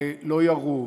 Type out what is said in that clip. לא ירו.